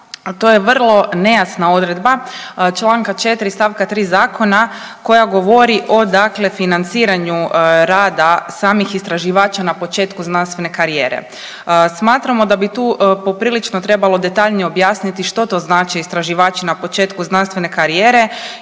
to je vrlo nejasna odredba čl. 4. st. 3. zakona koja govori o dakle financiranju rada samih istraživača na početku znanstvene karijere. Smatramo da bi tu poprilično trebalo detaljnije objasniti što to znače istraživači na početku znanstvene karijere